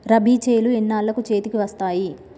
రబీ చేలు ఎన్నాళ్ళకు చేతికి వస్తాయి?